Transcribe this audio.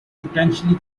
potentially